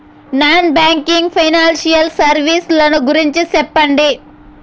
Non banking financial services ల గురించి సెప్పండి?